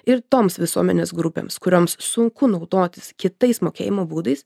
ir toms visuomenės grupėms kurioms sunku naudotis kitais mokėjimo būdais